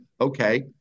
okay